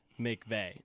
McVeigh